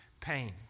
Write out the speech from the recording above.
pain